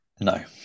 No